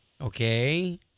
Okay